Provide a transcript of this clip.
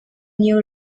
new